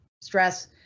stress